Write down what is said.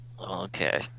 Okay